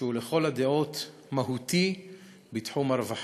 שהוא לכל הדעות מהותי בתחום הרווחה,